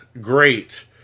great